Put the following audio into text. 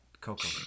Coco